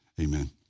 Amen